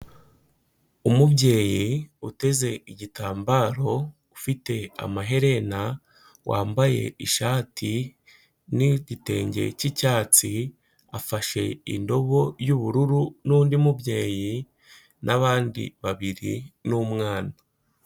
Umubyeyi uteze igitambaro, ufite amaherena, wambaye ishati n'igitenge k'icyatsi, afashe indobo y'ubururu n'undi mubyeyi n'abandi babiri n'umwana.